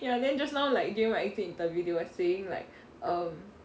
ya then just now like during my exit interview they were saying like um